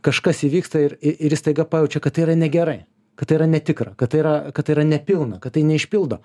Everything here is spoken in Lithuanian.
kažkas įvyksta ir ir jis staiga pajaučia kad tai yra negerai kad tai yra netikra kad tai yra kad tai yra nepilna kad tai neišpildo